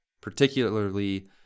particularly